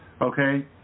Okay